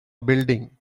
building